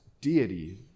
deity